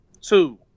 two